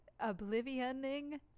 oblivioning